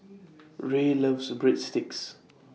Rae loves Breadsticks